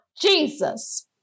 Jesus